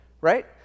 right